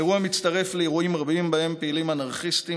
האירוע מתווסף לאירועים רבים שבהם פעילים אנרכיסטים